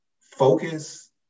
focus